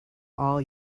all